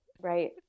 Right